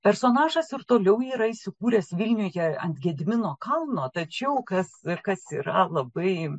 personažas ir toliau yra įsikūręs vilniuje ant gedimino kalno tačiau kas kas yra labai